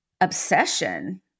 Obsession